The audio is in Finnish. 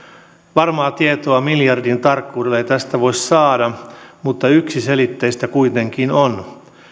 varmaa tietoa miljardin tarkkuudella ei tästä voi saada mutta yksiselitteistä kuitenkin on